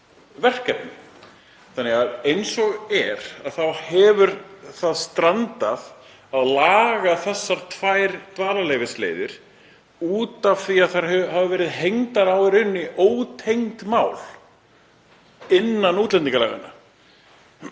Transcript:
verkefni. Eins og er þá hefur strandað á að laga þessar tvær dvalarleyfisleiðir af því að þær hafa verið hengdar á ótengd mál innan útlendingalaganna.